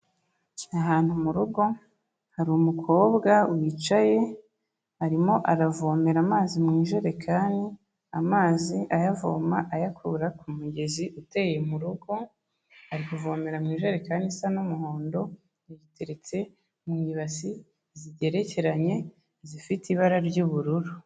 Ahantu mu rugo, hari umukobwa wicaye, arimo aravomera amazi mu ijerekani, amazi ayavoma ayakura ku mugezi uteye mu rugo, ari kuvomera mu ijerekani isa n'umuhondo, iteretse mu ibasi zigerekeranye zifite ibara ry'ubururu.